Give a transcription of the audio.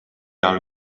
all